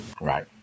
Right